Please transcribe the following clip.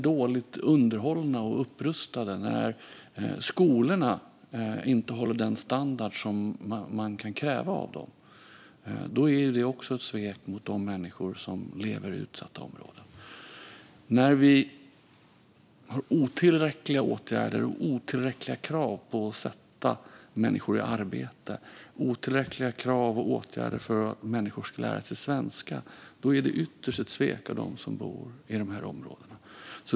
Dåligt underhållna och upprustade områden och skolor som inte håller den standard som man kan kräva är också ett svek mot de människor som lever i utsatta områden. När vi har otillräckliga åtgärder och otillräckliga krav på att sätta människor i arbete och har otillräckliga krav och åtgärder för att människor ska lära sig svenska är det ytterst ett svek mot dem som bor i de områdena.